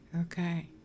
Okay